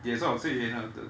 okay so I would say